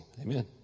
Amen